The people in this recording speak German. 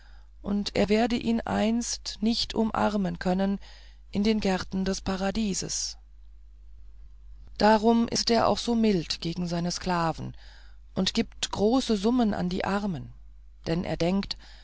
und er werde ihn einst nicht umarmen können in den gärten des paradieses darum ist er auch so mild gegen seine sklaven und gibt große summen an die armen denn er denkt